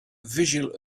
visual